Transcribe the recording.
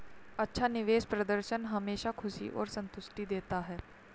अच्छा निवेश प्रदर्शन हमेशा खुशी और संतुष्टि देता है